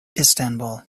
istanbul